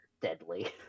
deadly